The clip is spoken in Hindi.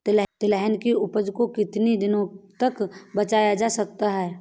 तिलहन की उपज को कितनी दिनों तक बचाया जा सकता है?